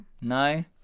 no